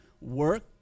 work